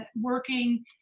working